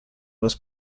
was